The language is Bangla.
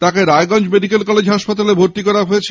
তাকে রায়গঞ্জ মেডিকেল কলেজ হাসপাতালে ভর্তি করা হয়েছে